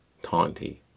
taunty